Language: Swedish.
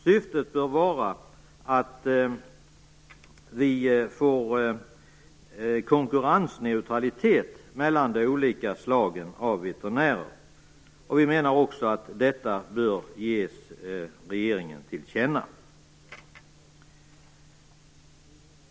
Syftet bör vara att vi får konkurrensneutralitet mellan de olika slagen av veterinärer. Vi menar också att detta bör ges regeringen till känna.